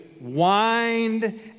wind